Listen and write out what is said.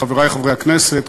חברי חברי הכנסת,